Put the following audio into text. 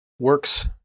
Works